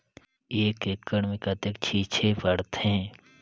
एक एकड़ मे कतेक छीचे पड़थे?